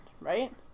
right